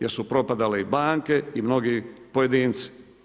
Jer su propadale i banke i mnogi pojedinci.